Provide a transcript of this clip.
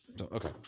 okay